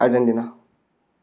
Argentina